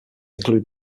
include